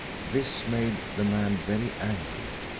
this made the man very angry.